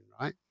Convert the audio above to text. right